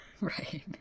Right